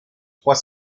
trois